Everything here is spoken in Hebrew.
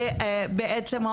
ובעצם,